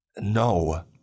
No